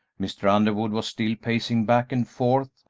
mr. underwood was still pacing back and forth,